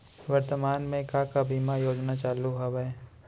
वर्तमान में का का बीमा योजना चालू हवये